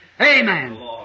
Amen